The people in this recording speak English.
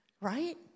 Right